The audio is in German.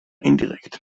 indirekt